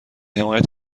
حمایت